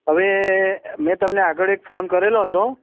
હવે મેં તમને આગળ એક ફોન કર્યો હતો